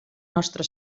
nostra